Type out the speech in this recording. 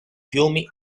fiumi